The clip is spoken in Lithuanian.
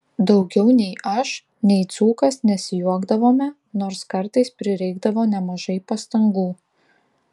daugiau nei aš nei dzūkas nesijuokdavome nors kartais prireikdavo nemažai pastangų